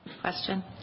Question